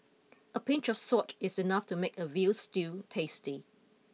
a pinch of salt is enough to make a veal stew tasty